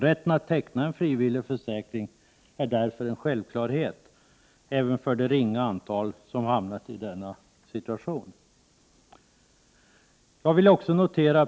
Rätten att teckna en frivillig försäkring är därför en självklarhet åven för det ringa antal som hamnat i denna situation.